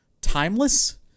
timeless